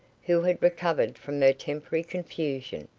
who had recovered from her temporary confusion,